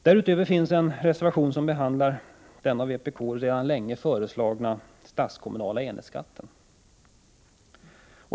Därutöver finns en reservation som behandlar den av vpk sedan länge föreslagna stats-kommunala enhetsskatten.